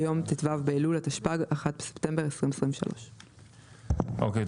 ביום ט"ו באלול התשפ"ג (1 בספטמבר 2023). אוקיי,